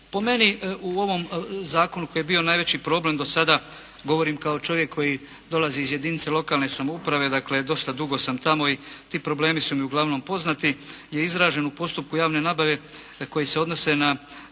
Po meni u ovom zakonu koji je bio najveći problem do sada govorim kao čovjek koji dolazi iz jedinice lokalne samouprave. Dakle, dosta dugo sam tamo i ti problemi su m i uglavnom poznati je izražen u postupku javne nabave koji se odnose na